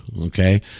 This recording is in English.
okay